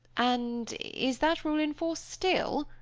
and is that rule in force still?